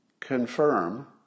confirm